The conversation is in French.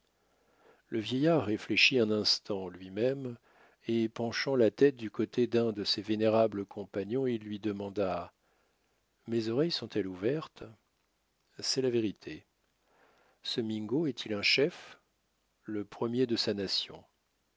le vieillard réfléchit un instant en lui-même et penchant la tête du côté d'un de ses vénérables compagnons il lui demanda mes oreilles sont-elles ouvertes c'est la vérité ce mingo est-il un chef le premier de sa nation